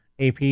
AP